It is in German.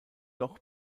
doch